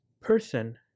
person